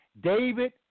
David